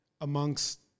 amongst